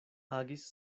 agis